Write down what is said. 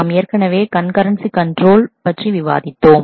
நாம் ஏற்கனவே concurrency control பற்றி விவாதித்தோம்